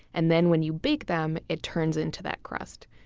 and then when you bake them, it turns into that crust.